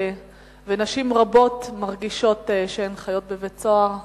ונשים רבות מרגישות שהן חיות בבית-סוהר.